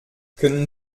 können